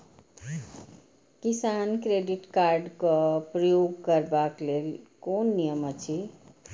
किसान credit card क प्रयोग करबाक लेल कोन नियम अछि?